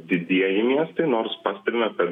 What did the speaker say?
didieji miestai nors pastebime kad